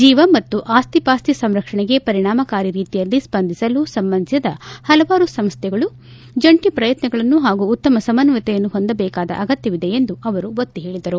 ಜೀವ ಮತ್ತು ಆಸ್ತಿ ಪಾಸ್ತಿ ಸಂರಕ್ಷಣೆಗೆ ಪರಿಣಾಮಕಾರಿ ರೀತಿಯಲ್ಲಿ ಸ್ಪಂದಿಸಲು ಸಂಬಂಧಿಸಿದ ಹಲವಾರು ಸಂಸ್ಥೆಗಳು ಜಂಟಿ ಪ್ರಯತ್ನಗಳನ್ನು ಹಾಗೂ ಉತ್ತಮ ಸಮನ್ವಯತೆಯನ್ನು ಹೊಂದಬೇಕಾದ ಅಗತ್ಯವಿದೆ ಎಂದು ಒತ್ತಿ ಹೇಳಿದರು